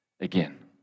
again